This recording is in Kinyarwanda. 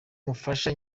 umufasha